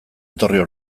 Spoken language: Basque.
etorriko